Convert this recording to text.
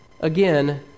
again